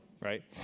right